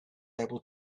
able